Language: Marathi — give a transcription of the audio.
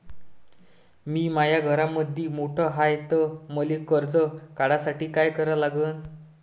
मी माया घरामंदी मोठा हाय त मले कर्ज काढासाठी काय करा लागन?